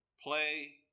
play